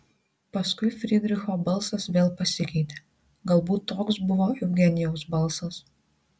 paskui frydricho balsas vėl pasikeitė galbūt toks buvo eugenijaus balsas